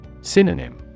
Synonym